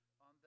on